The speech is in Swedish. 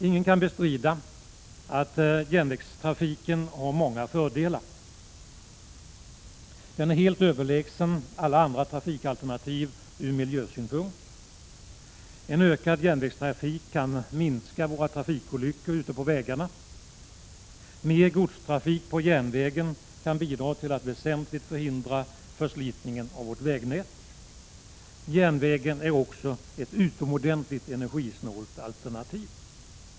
Ingen kan bestrida att järnvägstrafiken har många fördelar. Den är helt överlägsen alla andra trafikalternativ ur miljösynpunkt. En ökad järnvägstrafik kan minska våra trafikolyckor ute på vägarna. Mer godstrafik på järnvägen kan bidra till att väsentligt förhindra förslitningen av vårt vägnät. Järnvägen är också ett utomordentligt energisnålt alternativ.